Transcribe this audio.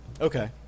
Okay